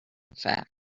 fact